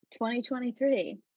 2023